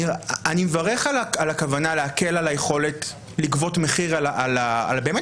אני מברך על הכוונה להקל על היכולת לגבות מחיר על הפשעים